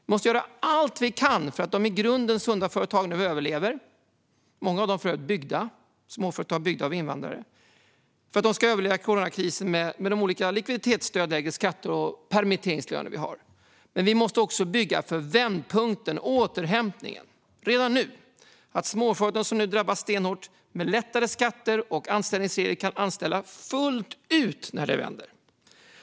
Vi måste göra allt vi kan för att de i grunden sunda företagen - många av dem småföretag byggda av invandrare - ska överleva coronakrisen. Det handlar om likviditetsstöd, lägre skatter och permitteringslöner. Men vi måste redan nu bygga för vändpunkten och återhämtningen så att småföretag, som nu drabbas stenhårt, med hjälp av skattelättnader och enklare anställningsregler kan anställa fullt ut när det vänder.